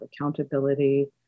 accountability